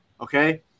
okay